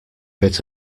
bit